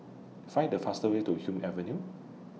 Find The fast Way to Hume Avenue